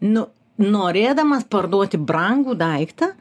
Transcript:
nu norėdamas parduoti brangų daiktą